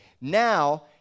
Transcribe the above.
now